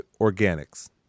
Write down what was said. organics